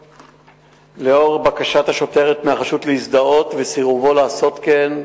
לאור בקשת השוטרת מהחשוד להזדהות וסירובו לעשות כן,